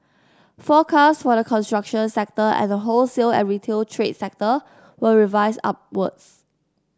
forecasts for the construction sector and the wholesale and retail trade sector were revised upwards